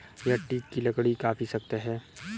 यह टीक की लकड़ी काफी सख्त है